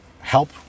help